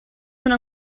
sono